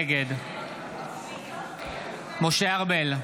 נגד משה ארבל,